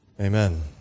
Amen